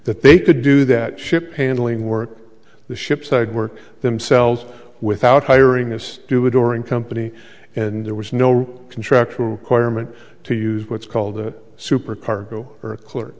that they could do that ship paneling work the ship side work themselves without hiring a steward during company and there was no contractual acquirement to use what's called a supercargo or a clerk